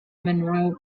monroe